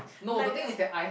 like the